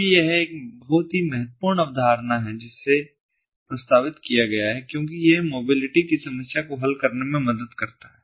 अब यह एक बहुत ही महत्वपूर्ण अवधारणा है जिसे प्रस्तावित किया गया है क्योंकि यह मोबिलिटी की समस्या को हल करने में मदद करता है